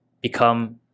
become